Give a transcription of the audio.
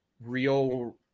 real